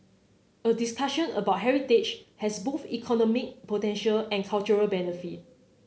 a discussion about heritage has both economic potential and cultural benefit